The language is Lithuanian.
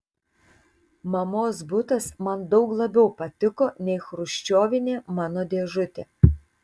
mamos butas man daug labiau patiko nei chruščiovinė mano dėžutė